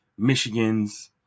Michigans